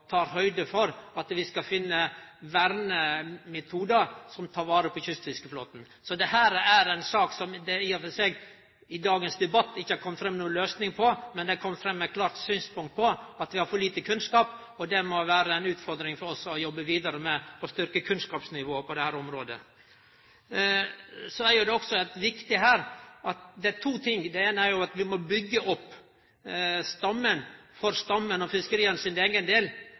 tar høgd for at vi skal finne vernemetodar som tek vare på kystfiskeflåten. Så dette er ei sak som det i og for seg i dagens debatt ikkje har kome fram noko løysing på, men det har kome fram eit klart synspunkt om at vi har for lite kunnskap, og det må vere ei utfordring for oss å jobbe vidare med å styrkje kunnskapsnivået på dette området. Så er det også to ting som er viktige her. Det eine er at vi må byggje opp stammen, for stammens og for fiskeria sin eigen del.